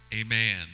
Amen